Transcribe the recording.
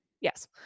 Yes